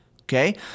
Okay